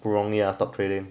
不容易啊 stock trading